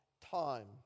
time